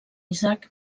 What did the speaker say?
isaac